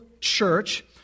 church